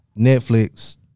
Netflix